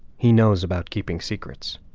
he knows about keeping secrets.